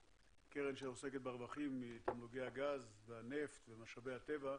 שעוסקת ברווחים מתמלוגי הגז והנפט ומשאבי הטבע.